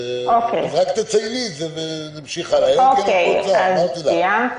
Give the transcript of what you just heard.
רק תצייני את זה ותמשיכי הלאה, אלא אם כן את רוצה.